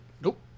nope